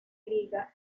liga